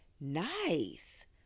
Nice